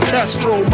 Castro